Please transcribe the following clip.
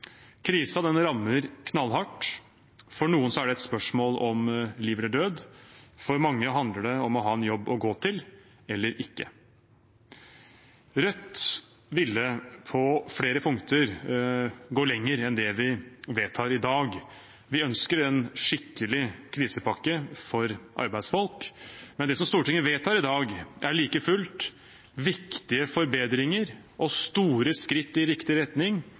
rammer knallhardt – for noen er det et spørsmål om liv eller død, for mange handler det om å ha en jobb å gå til eller ikke. Rødt ville på flere punkter gå lenger enn det vi vedtar i dag. Vi ønsker en skikkelig krisepakke for arbeidsfolk. Men det som Stortinget vedtar i dag, er like fullt viktige forbedringer og store skritt i riktig retning